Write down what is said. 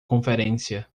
conferência